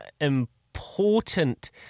important